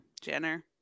Jenner